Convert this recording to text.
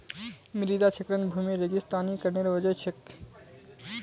मृदा क्षरण भूमि रेगिस्तानीकरनेर वजह छेक